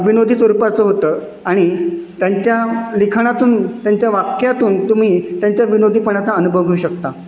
विनोदी स्वरूपाचं होतं आणि त्यांच्या लिखाणातून त्यांच्या वाक्यातून तुम्ही त्यांच्या विनोदीपणाचा अनुभव घेऊ शकता